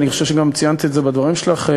ואני חושב שגם ציינת את זה בדברים שלך,